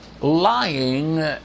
lying